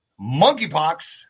monkeypox